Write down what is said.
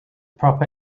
proper